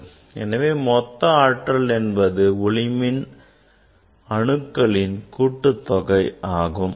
எனவே மொத்த ஆற்றல் என்பது அனைத்து ஒளிமின் அணுக்களின் கூட்டுத்தொகை ஆகும்